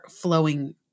flowing